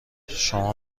شما